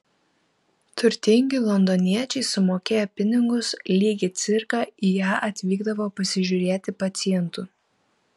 turtingi londoniečiai sumokėję pinigus lyg į cirką į ją atvykdavo pasižiūrėti pacientų